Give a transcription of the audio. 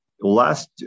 Last